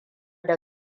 da